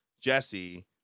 jesse